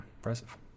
impressive